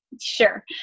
Sure